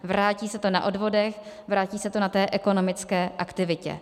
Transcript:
Vrátí se to na odvodech, vrátí se to na té ekonomické aktivitě.